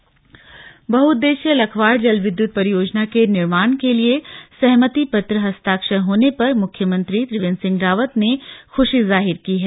खुशी जाहिर बहुउद्देशीय लखवाड जलविद्युत परियोजना के निर्माण के लिए सहमति पत्र हस्ताक्षर होने पर मुख्यमंत्री त्रिवेन्द्र सिंह रावत ने खुशी जाहिर की है